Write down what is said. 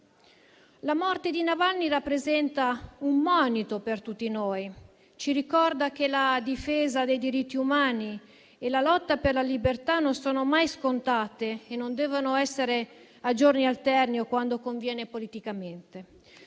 La morte di Navalny rappresenta un monito per tutti noi; ci ricorda che la difesa dei diritti umani e la lotta per la libertà non sono mai scontate e non devono essere a giorni alterni o quando conviene politicamente.